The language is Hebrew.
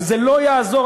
וזה לא יעזור,